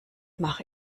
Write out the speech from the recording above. mache